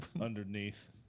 underneath